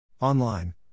Online